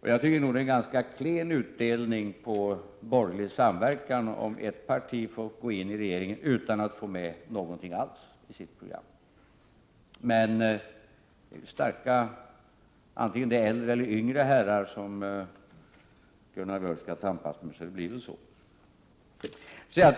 Jag tycker att det är en ganska klen utdelning vid borgerlig samverkan, om ett parti får gå in i regeringen utan att få med någonting alls av sitt program i regeringens politik. Men, antingen det är äldre eller yngre herrar som Gunnar Björk skall tampas med, så blir det väl på det sättet.